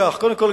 כך: קודם כול,